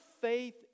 faith